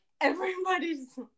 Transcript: everybody's